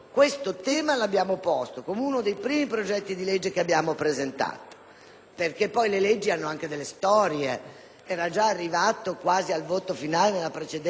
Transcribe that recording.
perché le leggi hanno una storia: era già arrivato quasi al voto finale nella precedente legislatura: lo abbiamo ripresentato per primi; abbiamo chiesto a questa Camera